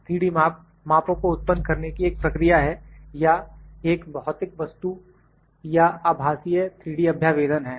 3D माप मापों को उत्पन्न करने की एक प्रक्रिया है या एक भौतिक वस्तु का आभासीय 3D अभ्यावेदन है